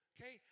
Okay